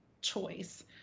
choice